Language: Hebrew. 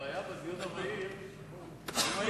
הבעיה בדיון המהיר, הוא מהיר,